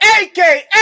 aka